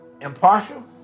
impartial